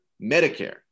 Medicare